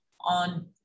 on